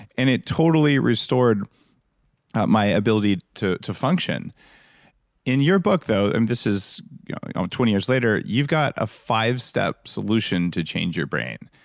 and it totally restored my ability to to function in your book, though, and this is twenty years later, you've got a five-step solution to change your brain.